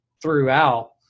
throughout